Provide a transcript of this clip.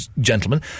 gentlemen